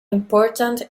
important